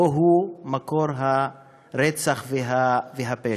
לא הוא מקור הרצח והפשע.